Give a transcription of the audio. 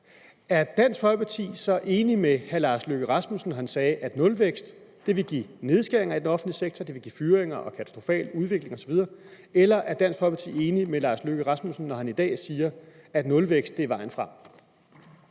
Var Dansk Folkeparti så enig med hr. Lars Løkke Rasmussen, da han sagde, at nulvækst vil give nedskæringer i den offentlige sektor, og at det vil give fyringer og katastrofal udvikling osv., eller er Dansk Folkeparti enig med hr. Lars Løkke Rasmussen, når han i dag siger, at nulvækst er vejen frem?